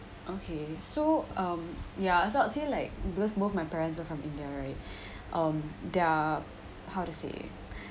okay so um ya so I would say like because both my parents are from india right um their how to say